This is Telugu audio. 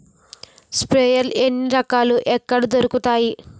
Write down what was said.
స్ప్రేయర్ ఎన్ని రకాలు? ఎక్కడ దొరుకుతాయి?